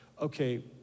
okay